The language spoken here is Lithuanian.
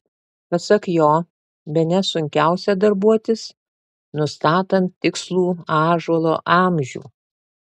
pasak jo bene sunkiausia darbuotis nustatant tikslų ąžuolo amžių